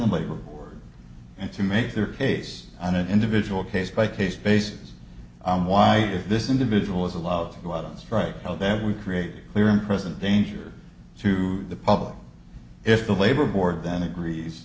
the labor board and to make their case on an individual case by case basis on why if this individual is allowed to go out on strike how then we create clear and present danger to the public if the labor board then agrees